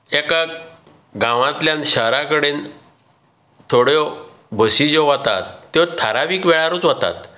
एका गांवांतल्यान शारा कडेन थोड्यो बशी ज्यो वतात त्यो थारावीक वेळारूच वतात